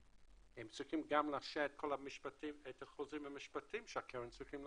הם צריכים גם לאשר את החוזים המשפטיים שהקרן צריכה לעשות.